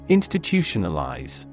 institutionalize